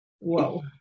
Whoa